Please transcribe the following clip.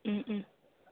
ഉം ഉം